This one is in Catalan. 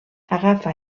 agafa